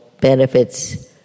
benefits